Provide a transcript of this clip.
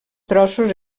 trossos